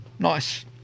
Nice